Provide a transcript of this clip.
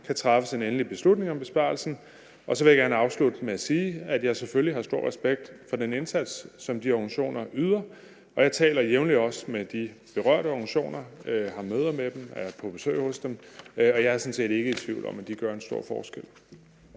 kan træffes en endelig beslutning om besparelsen. Og så vil jeg gerne afslutte med at sige, at jeg selvfølgelig har stor respekt for den indsats, som de organisationer yder. Og jeg taler jævnligt også med de berørte organisationer – har møder med dem, er på besøg hos dem – og jeg er sådan set ikke i tvivl om, at de gør en stor forskel.